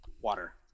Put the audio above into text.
Water